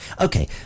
okay